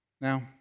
Now